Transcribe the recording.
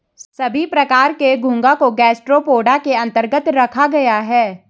सभी प्रकार के घोंघा को गैस्ट्रोपोडा के अन्तर्गत रखा गया है